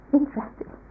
interesting